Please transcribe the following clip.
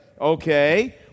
Okay